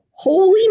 holy